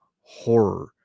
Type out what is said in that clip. horror